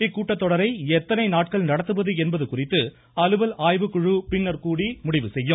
இக்கூட்டத்தொடரை எத்தனை நாட்கள் நடத்துவது என்பது குறித்து அலுவல் ஆய்வுக்குழு பின்னர் கூடி முடிவு செய்யும்